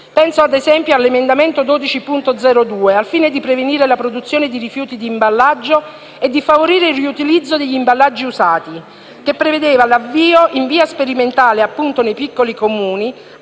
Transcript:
Penso ad esempio all'emendamento 12.0.2, che, al fine di prevenire la produzione di rifiuti di imballaggio e di favorire il riutilizzo degli imballaggi usati, prevedeva l'avvio in via sperimentale proprio nei piccoli Comuni,